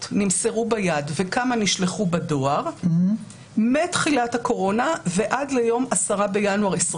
נמסרו ביד וכמה נשלחו בדואר מתחילת הקורונה ועד ליום 10 בינואר 2021?